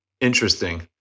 Interesting